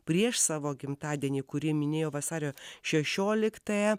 prieš savo gimtadienį kurį minėjo vasario šešioliktąją